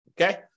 Okay